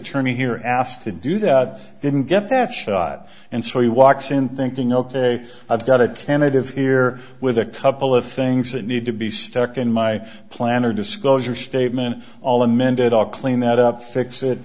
attorney here asked to do that didn't get that shot and so he walks in thinking ok i've got a tentative here with a couple of things that need to be stuck in my plan or disclosure statement all amended i'll clean that up fix it